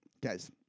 Guys